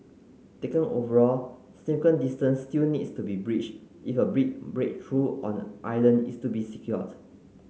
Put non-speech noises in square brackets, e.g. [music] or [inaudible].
taken overall [unintelligible] distance still needs to be bridged if a big breakthrough on the Ireland is to be secured